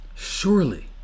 surely